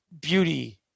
beauty